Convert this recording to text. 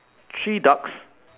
three ducks